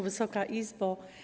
Wysoka Izbo!